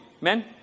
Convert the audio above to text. Men